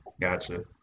Gotcha